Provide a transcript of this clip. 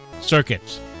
circuits